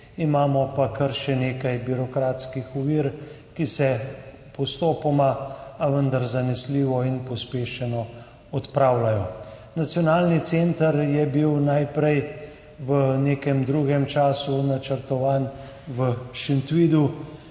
imamo pa še kar nekaj birokratskih ovir, ki se postopoma, a vendar zanesljivo in pospešeno odpravljajo. Nacionalni center je bil najprej v nekem drugem času načrtovan v Šentvidu.